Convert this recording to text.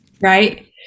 right